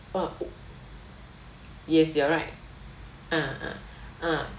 ah w~ yes you are right ah ah ah